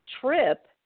trip